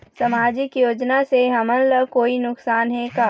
सामाजिक योजना से हमन ला कोई नुकसान हे का?